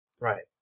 Right